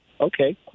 Okay